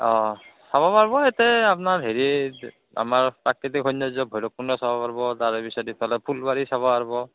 অঁ চাব পাৰিব ইয়াতে আপোনাৰ হেৰি আমাৰ প্ৰাকৃতিক সৌন্দৰ্য ভৈৰৱকুণ্ড চাব পাৰব তাৰপিছত ইফালে ফুলবাৰী চাব পাৰব